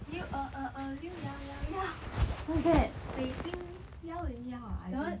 六六二二二六一一一北京一零一啊 I think